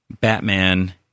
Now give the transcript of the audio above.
Batman